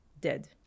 Dead